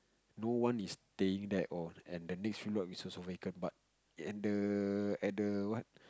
no one is staying there all and the next few block is also vacant but at the at the what